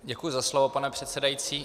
Děkuji za slovo, pane předsedající.